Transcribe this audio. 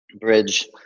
Bridge